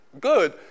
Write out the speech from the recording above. good